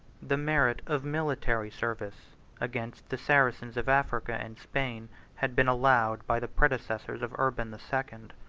the merit of military service against the saracens of africa and spain had been allowed by the predecessors of urban the second.